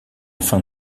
fin